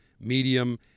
medium